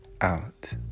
out